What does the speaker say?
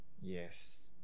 Yes